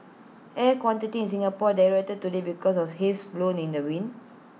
air quantity in Singapore deteriorated today because of haze blown in the wind